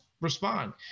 respond